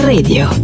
Radio